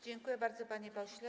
Dziękuję bardzo, panie pośle.